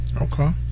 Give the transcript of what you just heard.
Okay